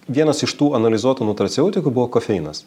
vienas iš tų analizuotų nutraceutikų buvo kofeinas